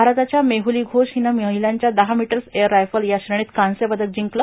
भारताच्या मेहूली घोष हिनं महिलांच्या दहा मीटर्स एअर रायफल या श्रेणीत कांस्यपदक जिंकलं